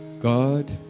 God